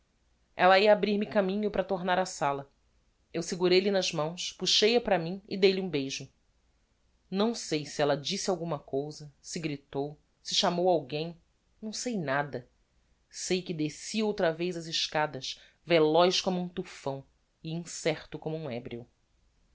ella ia abrir-me caminho para tornar á sala eu segurei lhe nas mãos puxei a para mim e dei-lhe um beijo não sei se ella disse alguma cousa se gritou se chamou alguem não sei nada sei que desci outra vez as escadas veloz como um tufão e incerto como um ebrio